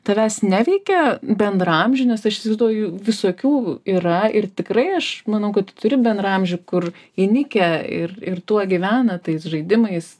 tavęs neveikia bendraamžiai nes aš įsivaizduoju visokių yra ir tikrai aš manau kad tu turi bendraamžių kur įnikę ir ir tuo gyvena tais žaidimais